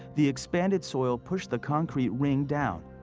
the expanded soil pushed the concrete ring down,